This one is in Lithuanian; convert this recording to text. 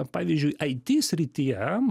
pavyzdžiui it srityje